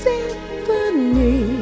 Symphony